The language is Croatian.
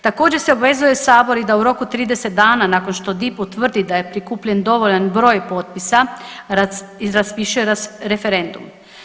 Također se obvezuje Sabor da u roku od 30 dana nakon što DIP utvrdi da je prikupljen dovoljan broj potpisa i raspiše referendum.